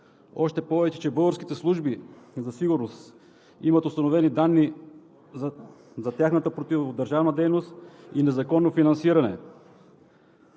Още повече българските служби за сигурност имат установени данни за тяхната противодържавна дейност и незаконно финансиране.